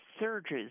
surges